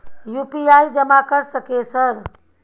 UPI जमा कर सके सर?